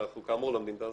ואנחנו כאמור לומדים אותו,